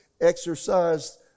exercised